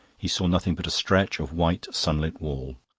he saw nothing but a stretch of white sunlit wall.